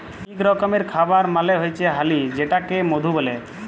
ইক রকমের খাবার মালে হচ্যে হালি যেটাকে মধু ব্যলে